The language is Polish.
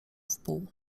wpół